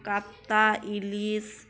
কাতলা ইলিশ